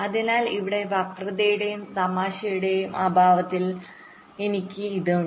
അതിനാൽ ഇവിടെ വക്രതയുടെയും തമാശയുടെയും അഭാവത്തിൽ എനിക്ക് ഇത് ഉണ്ട്